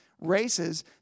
races